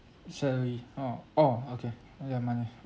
recently ah oh okay not yet money